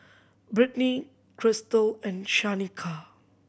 Britni Krystle and Shanika